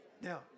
Now